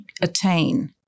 attain